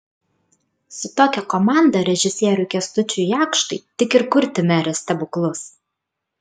su tokia komanda režisieriui kęstučiui jakštui tik ir kurti merės stebuklus